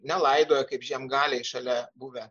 nelaidojo kaip žiemgaliai šalia buvę